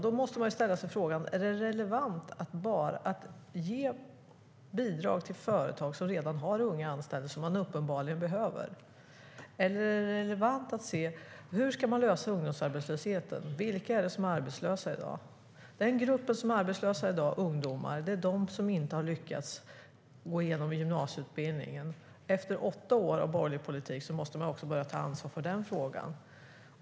Då måste man ställa sig frågan: Är det relevant att ge bidrag till företag som redan har unga anställda, som de uppenbarligen behöver? Eller är det relevant att se på hur man ska lösa ungdomsarbetslösheten? Vilka är det som är arbetslösa i dag? De ungdomar som är arbetslösa i dag är de som inte har lyckats gå igenom gymnasieutbildningen. Efter åtta år av borgerlig politik måste man också börja ta ansvar för den frågan.